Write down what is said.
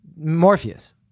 Morpheus